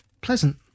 Pleasant